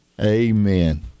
Amen